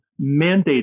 mandated